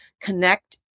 connect